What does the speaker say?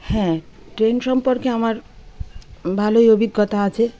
হ্যাঁ ট্রেন সম্পর্কে আমার ভালোই অভিজ্ঞতা আছে